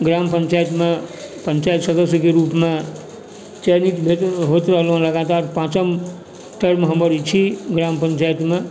ग्राम पञ्चायतमे पञ्चायत सदस्यके रूपमे चयनित होइत रहलौहँ लगातार पाँचम टाइम हमर ई छी ग्राम पञ्चायतमे